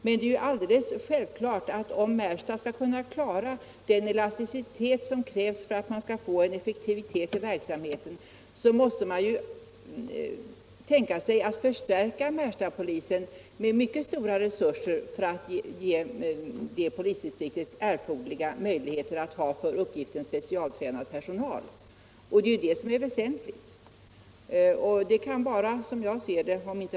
Men det är självklart att om Märstapolisen skall kunna klara den elasticitet som krävs för effektivitet i verksamheten måste den förstärkas med mycket stora resurser för att ge det polisdistriktet för uppgiften specialtränad personal. Det är detta som är väsentligt.